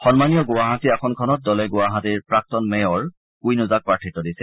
সন্মানীয় গুৱাহাটী আসনখনত দলে গুৱাহাটীৰ প্ৰাক্তন মেয়ৰ কুইন ওজাক প্ৰাৰ্থিত্ব দিছে